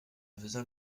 vezin